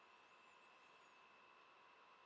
mm